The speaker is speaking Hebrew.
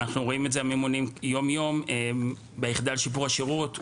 אנחנו הממונים רואים את זה יום-יום ביחידה לשיפור השירות,